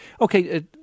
Okay